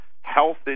health